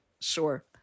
Sure